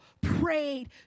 prayed